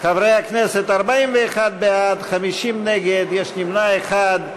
חברי הכנסת, 41 בעד, 50 נגד, יש נמנע אחד.